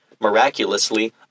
Miraculously